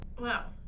Wow